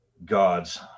gods